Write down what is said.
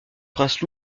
prince